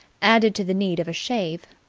added to the need of a shave,